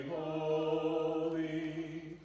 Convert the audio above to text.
holy